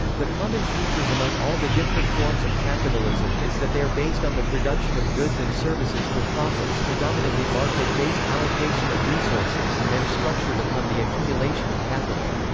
the common features among all the different forms of capitalism is that they are based on the production of goods and services for profit, predominantly market-based allocation of resources and they are structured upon the accumulation of capital.